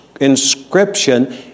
inscription